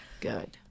Good